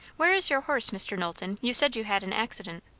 where is your horse, mr. knowlton? you said you had an accident.